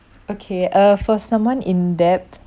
okay uh for someone in debt